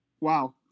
Wow